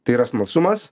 tai yra smalsumas